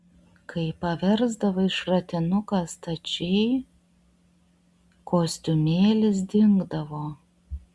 kai paversdavai šratinuką stačiai kostiumėlis dingdavo